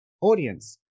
audience